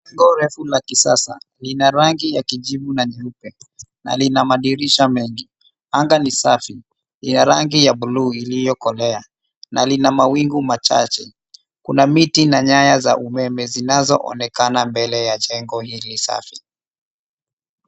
Jengo refu la kisasa lina rangi ya kijivu na nyeupe na lina madirisha mengi. Anga ni safi ya rangi ya bluu iliyo kolea na lina mawingu machache. Kuna miti na nyaya za umeme zinazo onekana mbele ya jengo hili safi.